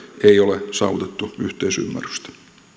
ei ole saavutettu yhteisymmärrystä